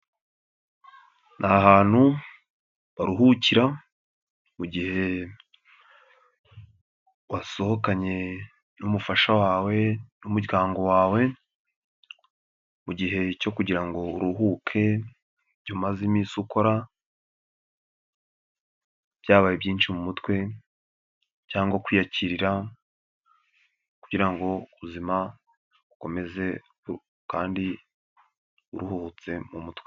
Ni ahantu baruhukira mu gihe wasohokanye n'umufasha wawe n'umuryango wawe, mu gihe cyo kugira ngo uruhuke ibyo umaze iminsi ukora byabaye byinshi mu mutwe cyangwa kwiyakirarira kugira ngo ubuzima bukomeze kandi uruhutse mu mutwe.